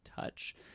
touch